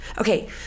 Okay